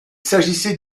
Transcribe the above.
s’agissait